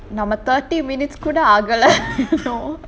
நாம:nama thirty minutes கூட ஆகல:kooda agala you know